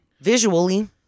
Visually